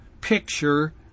picture